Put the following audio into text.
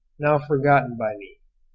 now forgotten by me,